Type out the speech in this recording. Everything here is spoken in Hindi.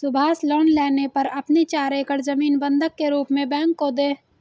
सुभाष लोन लेने पर अपनी चार एकड़ जमीन बंधक के रूप में बैंक को दें